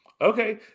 Okay